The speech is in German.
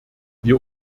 wir